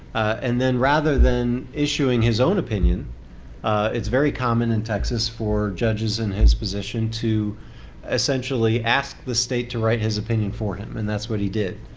and then, rather than issuing his own opinion it's very common in texas for judges in his position to essentially ask the state to write his opinion for him. and that's what he did.